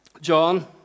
John